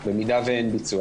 במידה ואין ביצוע,